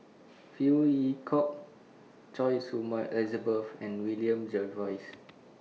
Phey Yew Kok Choy Su Moi Elizabeth and William Jervois